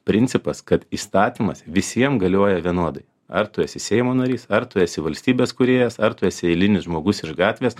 principas kad įstatymas visiem galioja vienodai ar tu esi seimo narys ar tu esi valstybės kūrėjas ar tu esi eilinis žmogus iš gatvės